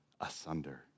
asunder